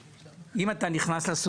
לא מקל ראש ואני